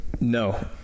No